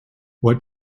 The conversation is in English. what